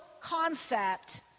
concept